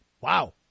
wow